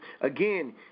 Again